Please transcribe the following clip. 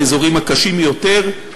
באזורים הקשים יותר.